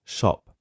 Shop